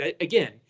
Again